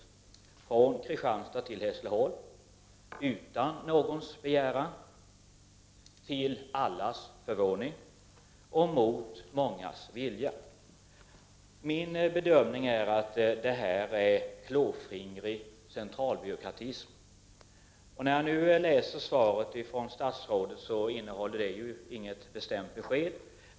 Man vill flytta den från Kristianstad till Hässleholm — utan någons begäran härom, till allas förvåning och mot mångas vilja. Min bedömning är den att det här är ett uttryck för, skulle jag vilja säga, klåfingrig centralbyråkratism. Statsrådets svar innehåller inte något bestämt besked.